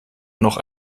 noch